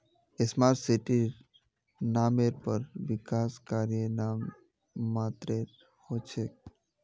smart सिटीर नामेर पर विकास कार्य नाम मात्रेर हो छेक